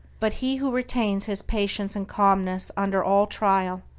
but he who retains his patience and calmness under all trial,